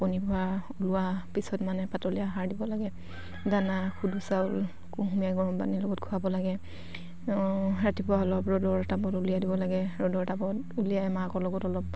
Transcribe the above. কণী পৰা ওলোৱা পিছত মানে পাতলীয়া আহাৰ দিব লাগে দানা খুদু চাউল কুঁহুমীয়া গৰমপানীৰ লগত খোৱাব লাগে ৰাতিপুৱা অলপ ৰ'দৰ তাপত উলিয়াই দিব লাগে ৰ'দৰ তাপত উলিয়াই মাকৰ লগত অলপ